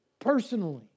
personally